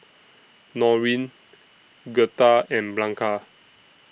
Noreen Gertha and Blanca